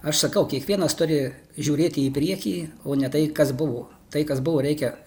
aš sakau kiekvienas turi žiūrėti į priekį o ne tai kas buvo tai kas buvo reikia